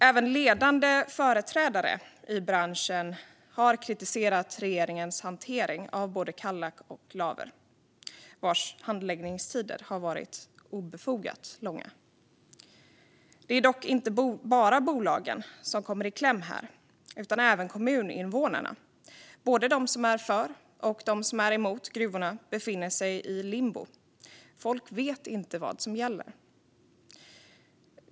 Även ledande företrädare i branschen har kritiserat regeringens hantering av både Kallak och Laver, vars handläggningstider varit obefogat långa. Det är dock inte bara bolagen som kommer i kläm här, utan även kommuninvånarna. Både de som är för och de som är emot gruvorna befinner sig i limbo. Folk vet inte vad som gäller.